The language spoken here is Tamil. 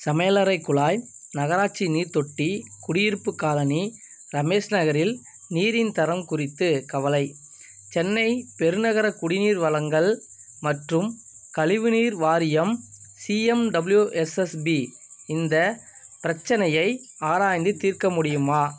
சமையலறைக் குழாய் நகராட்சி நீர்த்தொட்டி குடியிருப்புக் காலனி ரமேஷ் நகரில் நீரின் தரம் குறித்து கவலை சென்னை பெருநகர குடிநீர் வழங்கல் மற்றும் கழிவுநீர் வாரியம் சிஎம்டபிள்யூஎஸ்எஸ்பி இந்த பிரச்சினையை ஆராய்ந்து தீர்க்க முடியுமா